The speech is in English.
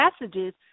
messages